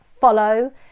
follow